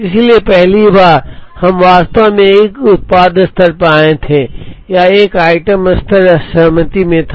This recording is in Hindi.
इसलिए पहली बार हम वास्तव में एक उत्पाद स्तर पर आए थे या एक आइटम स्तर असहमति में था